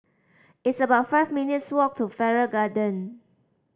it's about five minutes' walk to Farrer Garden